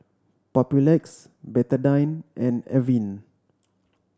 Papulex Betadine and Avene